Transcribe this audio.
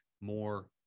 more